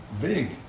big